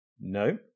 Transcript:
No